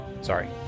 Sorry